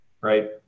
right